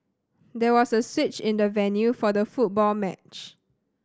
there was a switch in the venue for the football match